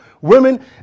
Women